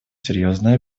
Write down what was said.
серьезной